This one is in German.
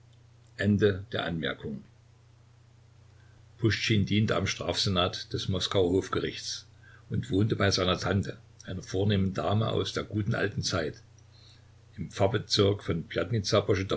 besuchen puschtschin diente am strafsenat des moskauer hofgerichts und wohnte bei seiner tante einer vornehmen dame aus der guten alten zeit im pfarrbezirk von